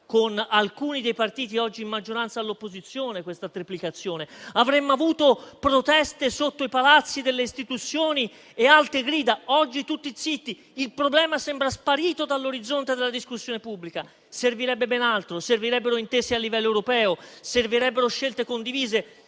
alcuni dei partiti che oggi sono in maggioranza: avremmo avuto proteste sotto i palazzi delle istituzioni e alte grida. Oggi, invece, tutti zitti: il problema sembra sparito dall'orizzonte della discussione pubblica. Servirebbe ben altro: servirebbero intese a livello europeo; servirebbero scelte condivise.